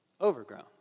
Overgrown